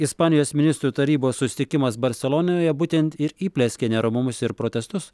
ispanijos ministrų tarybos susitikimas barselonoje būtent ir įplieskė neramumus ir protestus